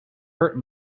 hurt